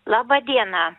laba diena